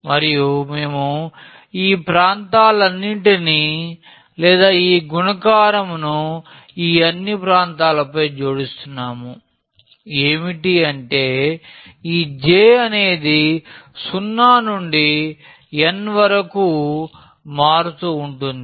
మరియు మేము ఈ ప్రాంతాలన్నింటినీ లేదా ఈ గుణకారంను ఈ అన్ని ప్రాంతాలపై జోడిస్తున్నాము ఏంటి అంటే ఈ j అనేది 0 నుండి n వరకూ మారుతూ వుంటుంది